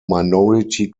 minority